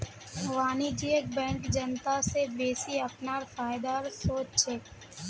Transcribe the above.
वाणिज्यिक बैंक जनता स बेसि अपनार फायदार सोच छेक